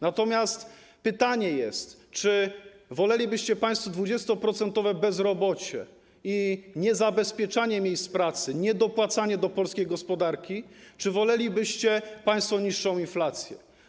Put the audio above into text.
Natomiast jest pytanie, czy wolelibyście państwo 20-procentowe bezrobocie i niezabezpieczanie miejsc pracy, niedopłacanie do polskiej gospodarki, czy wolelibyście państwo niższą inflację.